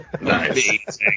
Nice